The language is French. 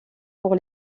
pour